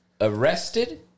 Arrested